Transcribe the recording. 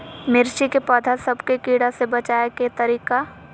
मिर्ची के पौधा सब के कीड़ा से बचाय के तरीका?